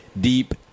deep